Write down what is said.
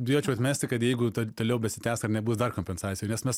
bijočiau atmesti kad jeigu toliau besitęs ar nebus dar kompensacijų nes mes